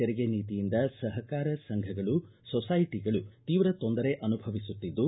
ತೆರಿಗೆ ನೀತಿಯಿಂದ ಸಹಕಾರ ಸಂಘಗಳು ಸೊಸೈಟಗಳು ತೀವ್ರ ತೊಂದರೆ ಅನುಭವಿಸುತ್ತಿದ್ದು